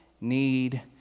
need